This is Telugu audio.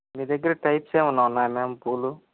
మీ దగ్గర టైప్స్ ఏమైనా ఉన్నాయా మ్యామ్ పూలు